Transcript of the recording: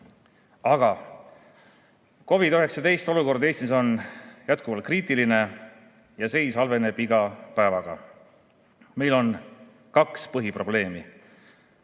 Aga COVID-19 olukord Eestis on jätkuvalt kriitiline ja seis halveneb iga päevaga. Meil on kaks põhiprobleemi: